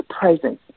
presence